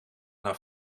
maar